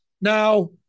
now